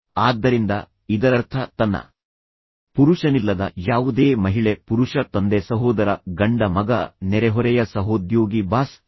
ಆದ್ದರಿಂದ ಇದರರ್ಥ ತನ್ನ ಪುರುಷನಿಲ್ಲದ ಯಾವುದೇ ಮಹಿಳೆ ಪುರುಷ ತಂದೆ ಸಹೋದರ ಗಂಡ ಮಗ ನೆರೆಹೊರೆಯ ಸಹೋದ್ಯೋಗಿ ಬಾಸ್ ಅಲ್ಲ